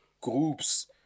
groups